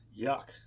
Yuck